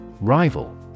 Rival